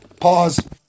Pause